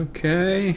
Okay